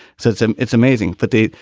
so it's um it's amazing. the date,